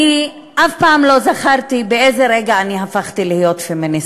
אני לא זכרתי באיזה רגע הפכתי להיות פמיניסטית.